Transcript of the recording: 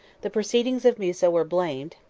the proceedings of musa were blamed,